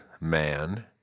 man